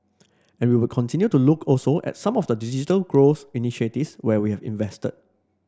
and we would continue to look also at some of the digital growth initiatives where we have invested